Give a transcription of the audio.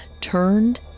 turned